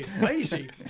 lazy